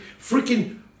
freaking